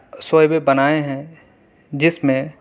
شعبے بنائے ہیں جس میں